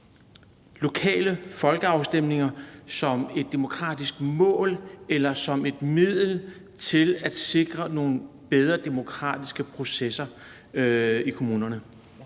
lokale folkeafstemninger som et demokratisk mål eller som et middel til at sikre nogle bedre demokratiske processer i kommunerne.